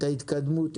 את ההתקדמות,